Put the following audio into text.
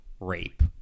rape